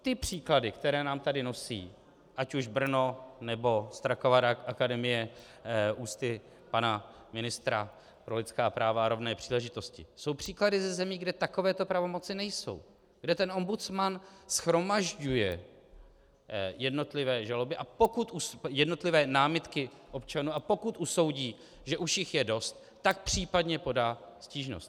Ty příklady, které nám tady nosí ať už Brno, nebo Strakova akademie ústy pana ministra pro lidská práva a rovné příležitosti, jsou příklady ze zemí, kde takovéto pravomoci nejsou, kde ombudsman shromažďuje jednotlivé žaloby, jednotlivé námitky občanů, a pokud usoudí, že už jich je dost, tak případně podá stížnost.